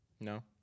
No